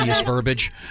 verbiage